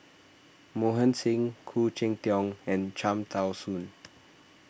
Mohan Singh Khoo Cheng Tiong and Cham Tao Soon